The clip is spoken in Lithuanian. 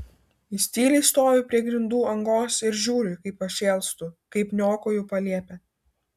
jis tyliai stovi prie grindų angos ir žiūri kaip aš šėlstu kaip niokoju palėpę